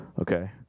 okay